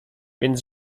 więc